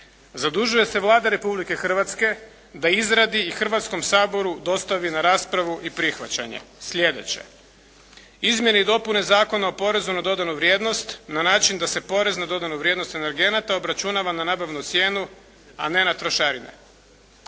zadužuje se Vlada Republike Hrvatske da izradi i Hrvatskom saboru dostavi na raspravu i prihvaćanje sljedeće: izmjene i dopune Zakona o porezu na dodanu vrijednost na način da se porez na dodanu vrijednost energenata obračunava na nabavnu cijenu, a ne na trošarine.